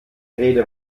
rede